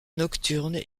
nocturne